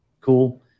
cool